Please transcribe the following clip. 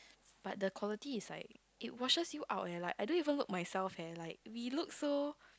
but the quality is like it washes you out eh like I don't even look myself eh like we look so